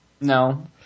No